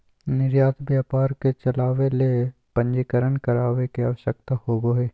निर्यात व्यापार के चलावय ले पंजीकरण करावय के आवश्यकता होबो हइ